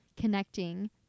connecting